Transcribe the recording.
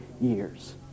years